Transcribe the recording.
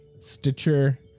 Stitcher